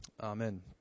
Amen